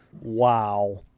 Wow